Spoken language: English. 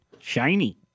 Shiny